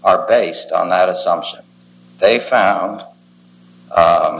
are based on that assumption they found